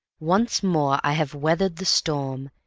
once more i have weathered the storm,